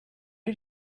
did